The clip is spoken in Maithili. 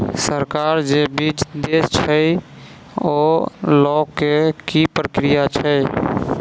सरकार जे बीज देय छै ओ लय केँ की प्रक्रिया छै?